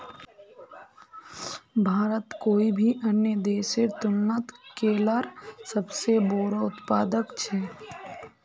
भारत कोई भी अन्य देशेर तुलनात केलार सबसे बोड़ो उत्पादक छे